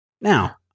Now